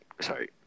Sorry